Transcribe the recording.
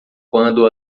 quando